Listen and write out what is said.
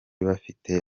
bafite